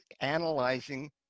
analyzing